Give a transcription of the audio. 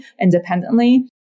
independently